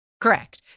Correct